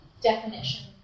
definition